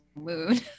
moon